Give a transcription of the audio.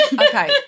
Okay